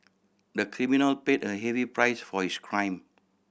the criminal paid a heavy price for his crime